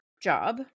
job